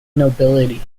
nobility